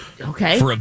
Okay